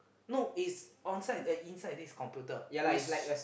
no it's on side inside this computer which